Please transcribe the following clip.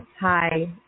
Hi